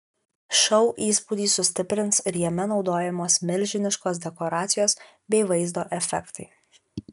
šou įspūdį sustiprins ir jame naudojamos milžiniškos dekoracijos bei vaizdo efektai